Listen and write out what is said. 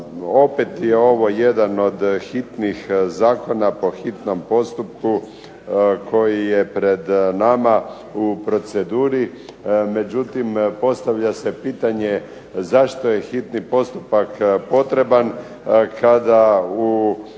Opet je ovo jedan od hitnih zakona po hitnom postupku koji je pred nama u proceduri, međutim postavlja se pitanje zašto je hitni postupak potreban kada u